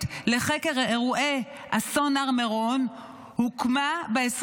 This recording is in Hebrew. לחקר אירועי אסון הר מירון הוקמה ב-27